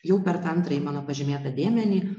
jau per tą antrąjį mano pažymėtą dėmenį